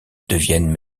deviennent